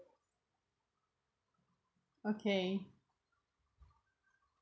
okay